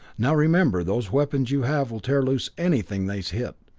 now remember, those weapons you have will tear loose anything they hit,